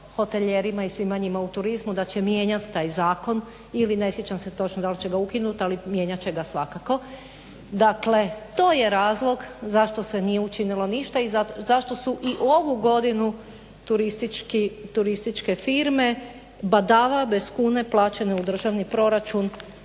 hotelijerima i svima njima u turizmu da će mijenjati taj zakon ili ne sjećam se točno da li će ga ukinuti, ali mijenjat će ga svakako. Dakle, to je razlog zašto se nije učinilo ništa i zašto su i ovu godinu turističke firme badava bez kune plaćale u državni proračun